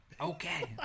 Okay